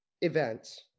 events